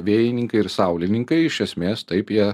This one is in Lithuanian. vėjininkai ir saulininkai iš esmės taip jie